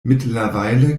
mittlerweile